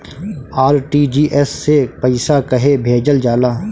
RTGS से पइसा कहे भेजल जाला?